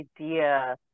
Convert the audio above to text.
idea